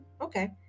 Okay